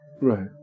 Right